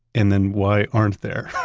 and then, why aren't there?